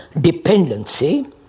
dependency